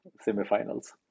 semi-finals